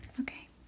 Okay